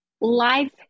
life